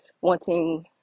wanting